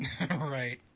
Right